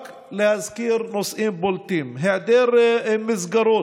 רק להזכיר נושאים בולטים: היעדר מסגרות,